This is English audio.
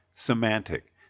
Semantic